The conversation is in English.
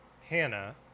Hannah